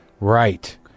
right